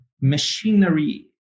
machinery